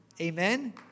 Amen